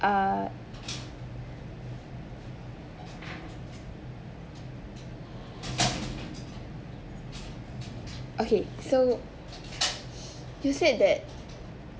uh okay so you said that